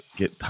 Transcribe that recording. get